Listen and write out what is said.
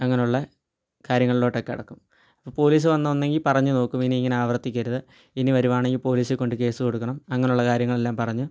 അങ്ങനുള്ള കാര്യങ്ങളിലോട്ടൊക്കെ കടക്കും അപ്പം പോലീസ് വന്ന് ഒന്നെങ്കിൽ പറഞ്ഞ് നോക്കും ഇനി ഇങ്ങനെ ആവർത്തിക്കരുത് ഇനി വരുവാണെങ്കിൽ പോലീസി കൊണ്ട് കേസ് കൊടുക്കണം അങ്ങനുള്ള കാര്യങ്ങളെല്ലാം പറഞ്ഞ്